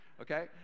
okay